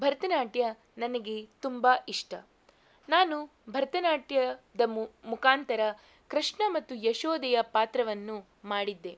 ಭರತನಾಟ್ಯ ನನಗೆ ತುಂಬ ಇಷ್ಟ ನಾನು ಭರತನಾಟ್ಯ ದ ಮುಖಾಂತರ ಕೃಷ್ಣ ಮತ್ತು ಯಶೋಧೆಯ ಪಾತ್ರವನ್ನು ಮಾಡಿದ್ದೆ